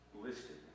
listed